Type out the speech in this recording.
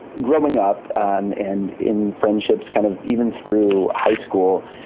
growing up um and in friendships, kind of even through high school,